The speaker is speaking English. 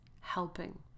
helping